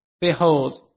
Behold